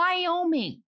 Wyoming